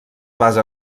basa